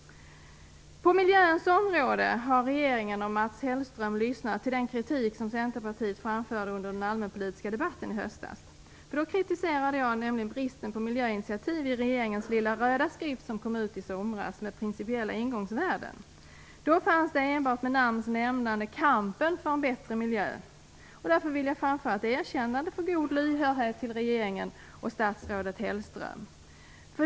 På miljöns område har regeringen och Mats Hellström lyssnat till den kritik som Centerpartiet framförde under den allmänpolitiska debatten i höstas. Då kritiserade jag bristen på miljöinitiativ i regeringens lilla röda skrift som kom ut i somras med principiella ingångsvärden. Då fanns enbart med namns nämnande kampen för en bättre miljö. Jag vill framföra ett erkännande för god lyhördhet till regeringen och statsrådet Mats Hellström.